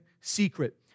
secret